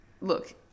look